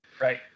Right